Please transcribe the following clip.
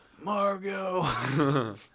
Margot